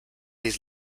his